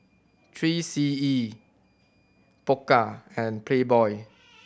Three C E Pokka and Playboy